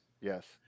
Yes